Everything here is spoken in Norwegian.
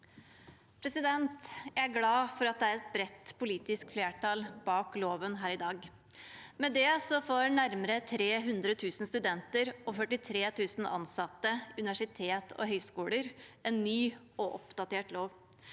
Jeg er glad for at det er et bredt politisk flertall bak loven her i dag. Med det får nærmere 300 000 studenter og 43 000 ansatte ved universiteter og høyskoler en ny og oppdatert lov.